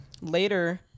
later